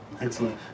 Excellent